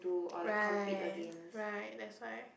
right right that's why